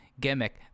gimmick